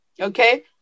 okay